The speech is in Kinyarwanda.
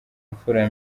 mfura